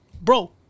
bro